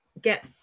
get